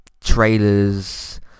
trailers